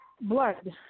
blood